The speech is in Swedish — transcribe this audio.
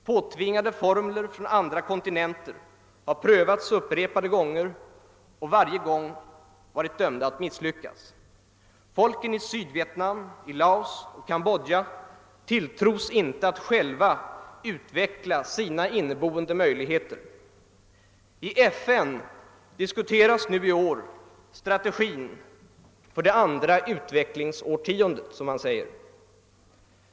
Påtvingade formler från andra kontinenter har prövats upprepade gånger och varje gång varit dömda att misslyckas. Folken i Sydvietnam, Laos och Kambodja tilltros inte att själva utveckla sina inneboende möjligheter. I FN diskuteras nu i år strategin för det andra, utvecklingsårtiondet.